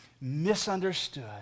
misunderstood